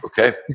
okay